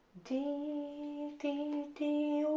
d d d